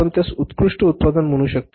आपण त्यास उत्कृष्ट उत्पादन म्हणू शकता